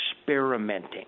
experimenting